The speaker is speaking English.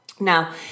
Now